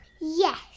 Yes